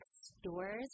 stores